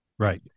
Right